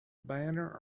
banner